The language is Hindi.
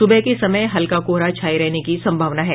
सुबह के समय हल्का कोहरा छाये रहने की सम्भावना है